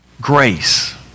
grace